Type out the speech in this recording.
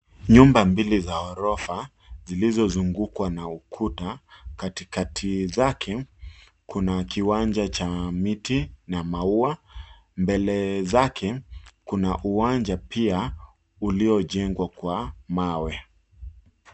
Nyumba mbili za ghorofa zilizozungukwa na ukuta. Katikati zake kuna kiwanja cha miti na maua. Mbele zake kuna uwanja pia uliojengwa kwa mawe.